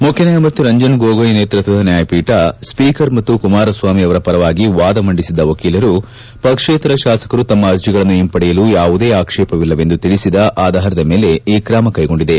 ಮುಖ್ಯನ್ನಾಯಮೂರ್ತಿ ರಂಜನ್ ಗೊಗೋಯ್ ನೇತೃತ್ವದ ನ್ಯಾಯಪೀಠ ಸ್ಪೀಕರ್ ಮತ್ತು ಕುಮಾರಸ್ವಾಮಿ ಅವರ ಪರವಾಗಿ ವಾದ ಮಂಡಿಸಿದ್ದ ವಕೀಲರು ಪಕ್ಷೇತರ ಶಾಸಕರು ತಮ್ಮ ಅರ್ಜಗಳನ್ನು ಹಿಂಪಡೆಯಲು ಯಾವುದೇ ಆಕ್ಷೇಪವಿಲ್ಲ ಎಂದು ತಿಳಿಸಿದ ಆಧಾರದ ಮೇಲೆ ಈ ಕ್ರಮ ಕೈಗೊಂಡಿದೆ